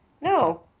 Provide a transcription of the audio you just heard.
No